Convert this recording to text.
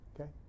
Okay